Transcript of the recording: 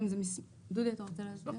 דודי אתה רוצה להסביר?